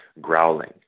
growling